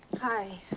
hi